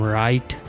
right